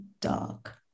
dark